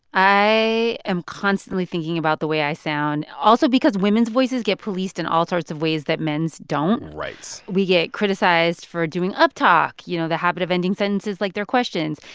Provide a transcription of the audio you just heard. i am constantly thinking about the way i sound, also because women's voices get policed in all sorts of ways that men's don't right we get criticized for doing uptalk you know, the habit of ending sentences like they're questions.